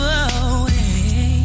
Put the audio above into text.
away